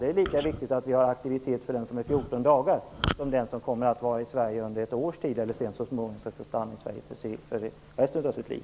Det är lika viktigt med aktivitet för den som stannar i Sverige i fjorton dagar, ett år eller kanske för resten av sitt liv.